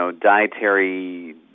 dietary